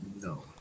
No